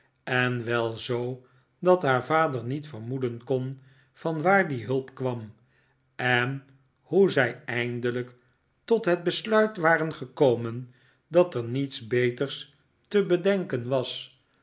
en wel zoo dat haar vader niet vermoeden kon vanwaar de hulp kwam en hoe zij eindelijk tot het besluit waren gekomen dat er niets beters te bedenken was